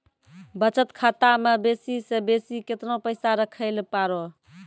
बचत खाता म बेसी से बेसी केतना पैसा रखैल पारों?